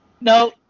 No